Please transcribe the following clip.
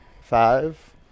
Five